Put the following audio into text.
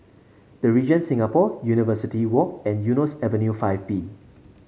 The Regent Singapore University Walk and Eunos Avenue Five B